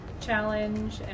challenge